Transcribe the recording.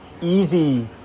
easy